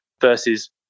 versus